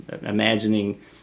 imagining